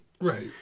Right